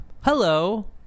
hello